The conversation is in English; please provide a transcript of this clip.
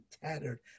tattered